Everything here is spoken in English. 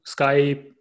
Skype